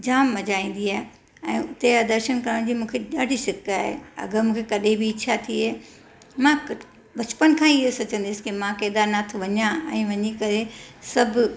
जामु मज़ा ईंदी आहे ऐं उते जा दर्शन करण जी मूंखे ॾाढी सिक आहे अगरि मूंखे कॾहिं बि इच्छा थिए मां क बचपन खां ई इहो सोचंदी हुअसि कि मां केदारनाथ वञां ऐं वञीं करे सभु